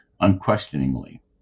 unquestioningly